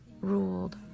ruled